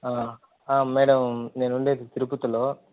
madam నేను ఉండేది తిరుపతిలో